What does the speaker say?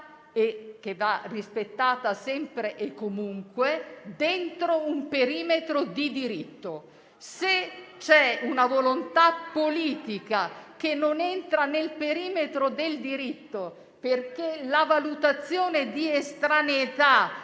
che va rispettata sempre e comunque, dentro un perimetro di diritto. C'è anche una volontà politica che non entra nel perimetro del diritto, perché la valutazione di estraneità